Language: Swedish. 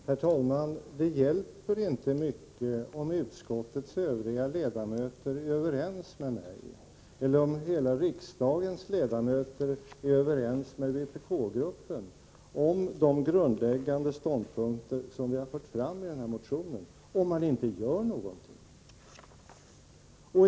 Herr talman! Det hjälper inte mycket om utskottets övriga ledamöter är överens med mig eller om alla riksdagens ledamöter är överens med vpk-gruppen om de grundläggande ståndpunkter som vi har fört fram i motionen, om man inte gör någonting.